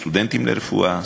סטודנטים לרפואה,